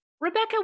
Rebecca